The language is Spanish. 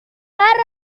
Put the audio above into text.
barras